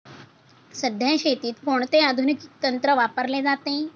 सध्या शेतीत कोणते आधुनिक तंत्र वापरले जाते?